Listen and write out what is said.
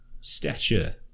stature